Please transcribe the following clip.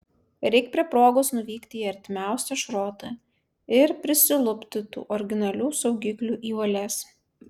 reik prie progos nuvykti į artimiausią šrotą ir prisilupti tų originalių saugiklių į valias